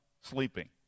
sleeping